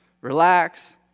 Relax